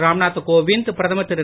ராம்நாத் கோவிந்த் பிரதமர் திரு